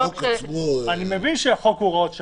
החוק עצמו --- אני מבין שהחוק הוא הוראת שעה,